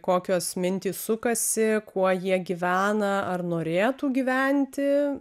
kokios mintys sukasi kuo jie gyvena ar norėtų gyventi